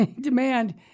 demand